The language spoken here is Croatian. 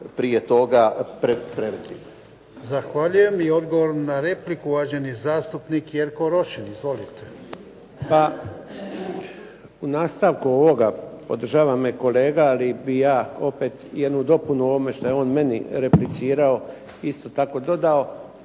Ivan (HDZ)** Zahvaljujem. I odgovor na repliku, uvaženi zastupnik Jerko Rošin. Izvolite. **Rošin, Jerko (HDZ)** Pa u nastavku ovoga podržava me kolega, ali bih ja opet jednu dopunu ono što je on meni replicirao, isto tako dodao.